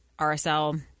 RSL